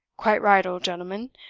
quite right, old gentleman!